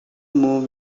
move